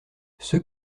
ceux